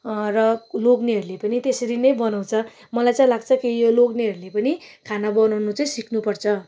र लोग्नेहरूले पनि त्यसरी नै बनाउँछ मलाई चाहिँ लाग्छ यो लोग्नेहरूले पनि खाना बनाउनु चाहिँ सिक्नुपर्छ